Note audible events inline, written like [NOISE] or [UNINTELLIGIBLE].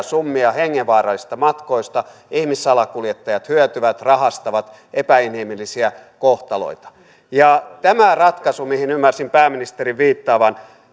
[UNINTELLIGIBLE] summia hengenvaarallisista matkoista ihmissalakuljettajat hyötyvät rahastavat epäinhimillisiä kohtaloita tämä ratkaisu mihin ymmärsin pääministerin viittaavan